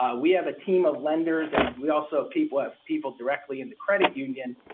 ah we have a team of lenders and we also people have people directly in the credit union.